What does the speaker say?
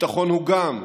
ביטחון הוא גם,